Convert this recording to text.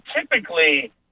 typically